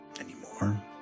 anymore